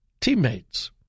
teammates